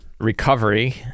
recovery